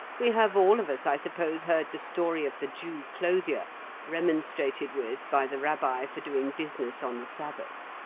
we have all of us, i suppose, heard the story of the jew clothier remonstrated with by the rabbi for doing business on the sabbath.